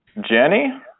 Jenny